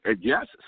Yes